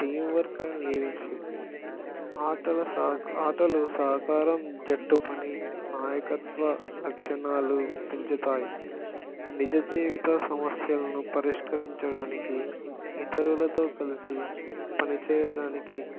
teamwork and leadership ఆటల సా ఆటలు సహకారం జట్టు పని నాయకత్వ లక్షణాలు పెంచుతాయి నిజ జీవిత సమస్యలను పరిష్కరించడానికి ఇతరులతో కలిసి పనిచేయడానికి